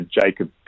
Jacob